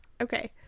Okay